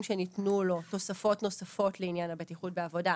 שניתנו לו תוספות נוספות לעניין הבטיחות בעבודה,